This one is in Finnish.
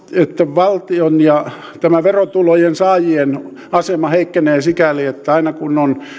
valtion ja verotulojen saajien asema heikkenee sikäli että aina kun on